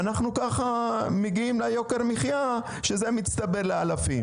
ואנחנו ככה מגיעים ליוקר המחיה שזה מצטבר לאלפים.